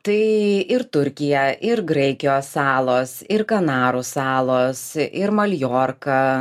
tai ir turkija ir graikijos salos ir kanarų salos ir maljorka